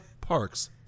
Parks